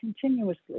continuously